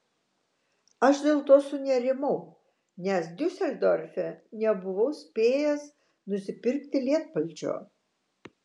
aš dėl to sunerimau nes diuseldorfe nebuvau spėjęs nusipirkti lietpalčio